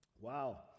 Wow